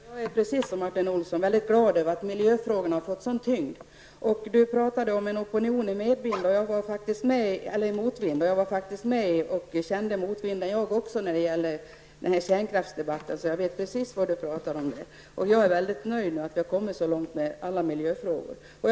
Herr talman! Jag är liksom Martin Olsson mycket glad över att miljöfrågorna har fått en sådan tyngd. Det talades om en opinion i motvind. Jag var också med och kände motvinden när det gällde kärnkraftsdebatten, så jag vet precis vad det handlar om. Jag är mycket nöjd med att vi har kommit så långt med miljöfrågorna.